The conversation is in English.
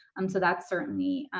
um so that's certainly